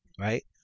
right